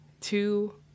two